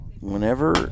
Whenever